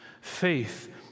Faith